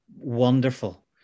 wonderful